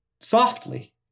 softly